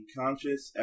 conscious